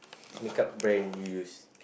makeup brand you use